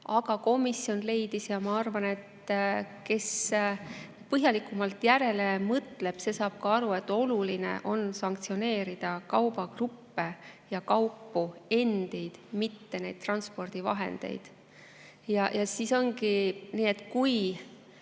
Aga komisjon leidis, ja ma arvan, et kes põhjalikumalt järele mõtleb, see saab ka aru, et oluline on sanktsioneerida kaubagruppe ja kaupu endid, mitte transpordivahendeid. Siis ongi nii, et kui